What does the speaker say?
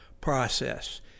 process